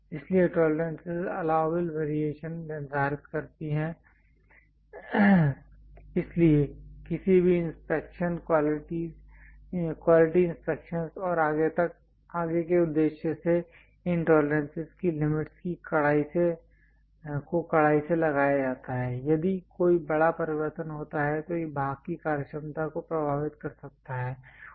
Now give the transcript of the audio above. इसलिए tolerances allowable variation निर्धारित करती है इसलिए किसी भी क्वालिटी इंस्पेक्शनस् और आगे तक आगे के उद्देश्य से इन टॉलरेंसेस की लिमिट्स को कड़ाई से लगाया जाता है यदि कोई बड़ा परिवर्तन होता है तो यह भाग की कार्यक्षमता को प्रभावित कर सकता है